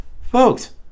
folks